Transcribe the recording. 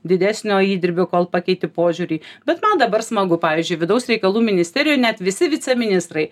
didesnio įdirbio kol pakeitė požiūrį bet man dabar smagu pavyzdžiui vidaus reikalų ministerijoj net visi viceministrai